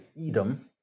Edom